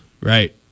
right